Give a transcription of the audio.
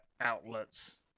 outlets